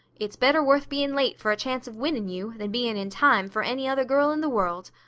it's better worth being late for a chance of winning you than being in time for any other girl in the world.